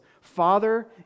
Father